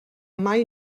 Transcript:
mai